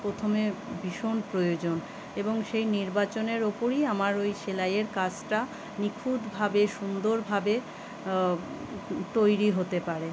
প্রথমে ভীষণ প্রয়োজন এবং সেই নির্বাচনের ওপরই আমার ওই সেলাইয়ের কাজটা নিঁখুতভাবে সুন্দরভাবে তৈরি হতে পারে